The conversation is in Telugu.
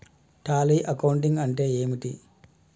టాలీ అకౌంటింగ్ అంటే ఏమిటి?